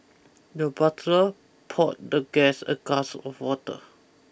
the butler poured the guest a glass of water